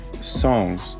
songs